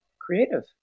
creative